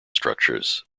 structures